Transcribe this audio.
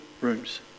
rooms